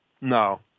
No